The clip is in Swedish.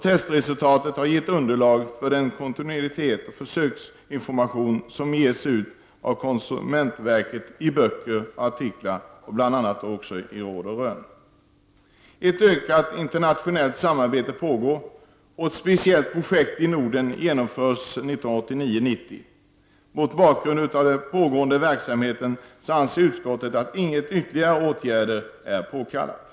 Testresultaten har gett underlag för den kontinuerliga information som ges ut av konsumentverket i böcker och artiklar, bl.a. i Råd o. Rön. Ett ökat internationellt samarbete pågår, och ett speciellt projekt i Norden genomförs 1989/90. Mot bakgrund av pågående verksamhet anser utskottet att ingen ytterligare åtgärd är påkallad.